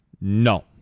no